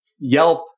Yelp